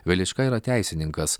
velička yra teisininkas